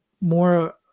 more